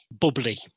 bubbly